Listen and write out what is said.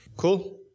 cool